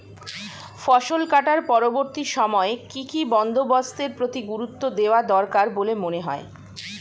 ফসল কাটার পরবর্তী সময়ে কি কি বন্দোবস্তের প্রতি গুরুত্ব দেওয়া দরকার বলে মনে হয়?